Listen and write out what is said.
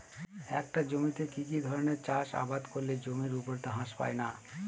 একটা জমিতে কি কি ধরনের চাষাবাদ করলে জমির উর্বরতা হ্রাস পায়না?